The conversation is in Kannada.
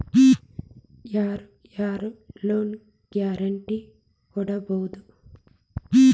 ಯಾರ್ ಯಾರ್ ಲೊನ್ ಗ್ಯಾರಂಟೇ ಕೊಡ್ಬೊದು?